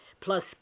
plus